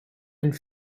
and